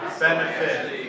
benefit